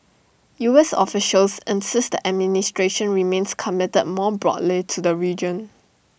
U S officials insist the administration remains committed more broadly to the region